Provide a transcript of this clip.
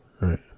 right